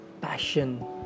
passion